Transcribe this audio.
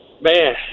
man